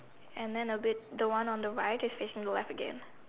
and then a bit the one on the right is facing left again